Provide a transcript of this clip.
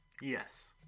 Yes